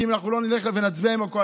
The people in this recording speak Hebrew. כי אם אנחנו לא נצביע עם הקואליציה